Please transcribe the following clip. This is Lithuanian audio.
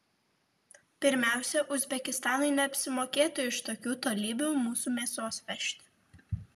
pirmiausia uzbekistanui neapsimokėtų iš tokių tolybių mūsų mėsos vežti